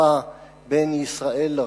2778, 2784,